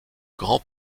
grand